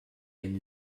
band